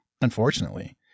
Unfortunately